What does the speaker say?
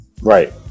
Right